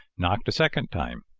knocked a second time,